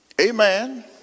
Amen